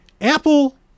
Apple